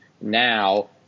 now